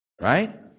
Right